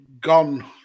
gone